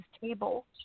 table